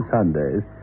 Sundays